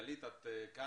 גלית גולן, את אתנו?